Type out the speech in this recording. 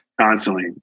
constantly